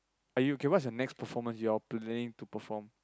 are you okay what is the next performance you are planning to perform